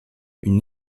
une